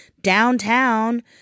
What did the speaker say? downtown